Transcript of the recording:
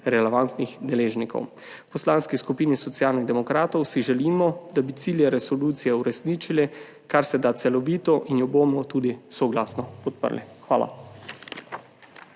relevantnih deležnikov. V Poslanski skupini Socialnih demokratov si želimo, da bi cilje resolucije uresničili kar se da celovito, zato jo bomo tudi soglasno podprli. Hvala.